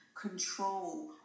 control